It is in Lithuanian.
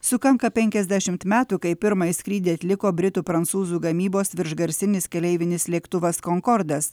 sukanka penkiasdešimt metų kai pirmąjį skrydį atliko britų prancūzų gamybos viršgarsinis keleivinis lėktuvas konkordas